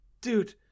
Dude